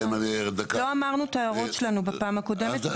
שלא אמרנו את ההערות שלנו בפעם הקודמת.